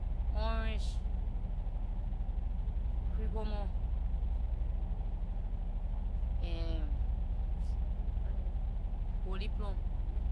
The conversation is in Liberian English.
Orange, cucumber, and golden plum